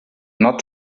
not